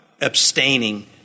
abstaining